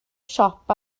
siop